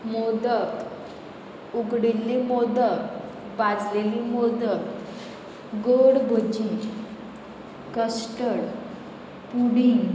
मोदक उकडिल्ली मोदक भाजलेली मोदक गड भजी कस्टड पुडींग